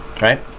right